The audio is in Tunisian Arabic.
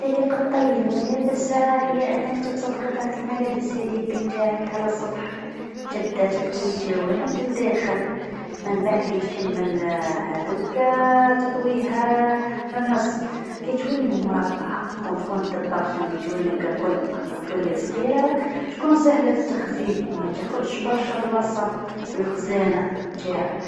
لطيّ الملابس بشكل صحيح، أول حاجة ضع القطعة على سطح مستوٍ. إذا كانت قميص، امسك الأكمام وطيّهم نحو الداخل بشكل متوازي مع الجانبين. بعدين، طيّ القميص من الأسفل إلى الأعلى لحتى تحصل على مستطيل صغير. لو كانت بنطلون، طيّ الساقين مع بعض، وبعدها طيّها من الأسفل إلى الأعلى. بتلك الطريقة، تبقى الملابس مرتبة وتوفر المساحة.